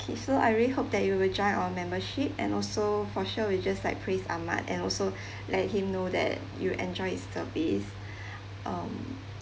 okay so I really hope that you will join our membership and also for sure we'll just like praise ahmad and also let him know that you enjoyed his service um